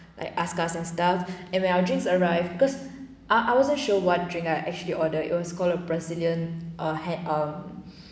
like ask us and stuff and when our drinks arrived because I I wasn't sure what drink I actually order it was called a brazilian uh had um